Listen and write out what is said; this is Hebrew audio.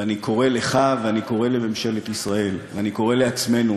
ואני קורא לך וקורא לממשלת ישראל וקורא לעצמנו: